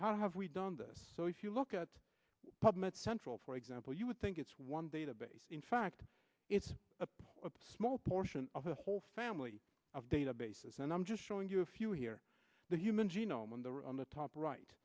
how have we done this so if you look at public at central for example you would think it's one database in fact it's a small portion of the whole family of databases and i'm just showing you a few here that genome there on the top right